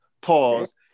pause